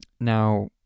Now